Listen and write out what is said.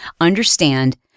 understand